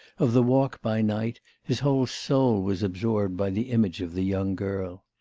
of the walk by night his whole soul was absorbed by the image of the young girl.